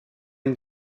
une